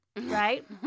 right